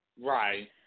Right